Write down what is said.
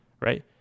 right